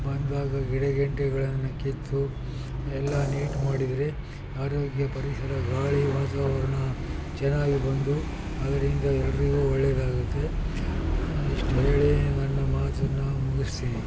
ಬಂದಾಗ ಗಿಡ ಗಂಟೆಗಳನ್ನ ಕಿತ್ತು ಎಲ್ಲ ನೀಟ್ ಮಾಡಿದರೆ ಆರೋಗ್ಯ ಪರಿಸರ ಗಾಳಿ ವಾತಾವರಣ ಚೆನ್ನಾಗಿ ಬಂದು ಅದರಿಂದ ಎಲ್ಲರಿಗೂ ಒಳ್ಳೆಯದಾಗುತ್ತೆ ಇಷ್ಟೇಳಿ ನನ್ನ ಮಾತನ್ನು ಮುಗಿಸ್ತೇನೆ